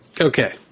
Okay